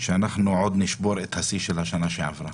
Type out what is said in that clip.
שאנחנו עוד נשבור את השיא של השנה שעברה.